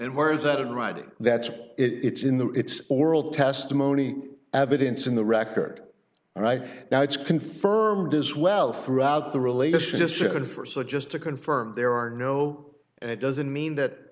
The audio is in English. and where is that in writing that's it it's in the it's oral testimony evidence in the record right now it's confirmed as well throughout the relationship should first so just to confirm there are no it doesn't mean that